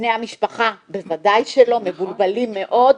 בני המשפחה בוודאי שלא, מבולבלים מאוד.